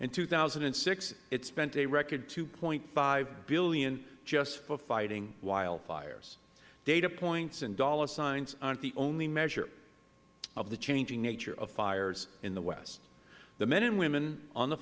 in two thousand and six it spent a record two dollars fifty cents billion just for fighting wildfires data points and dollar signs aren't the only measure of the changing nature of fires in the west the men and women on the